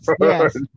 yes